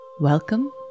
Welcome